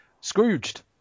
Scrooged